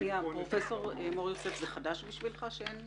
פרופסור מור יוסף, זה חדש בשבילך שאין